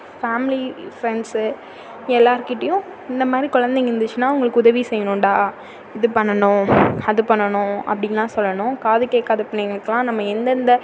family friends எல்லார்கிட்டேயும் இந்த மாதிரி குழந்தைக இருந்துச்சுன்னா அவங்களுக்கு உதவி செய்யணும்டா இது பண்ணணும் அது பண்ணணும் அப்படின்லாம் சொல்லணும் காது கேட்காத பிள்ளைங்களுக்குலாம் நம்ம எந்தெந்த